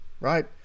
right